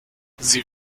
sie